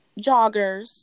joggers